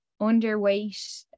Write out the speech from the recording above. underweight